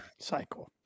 Cycle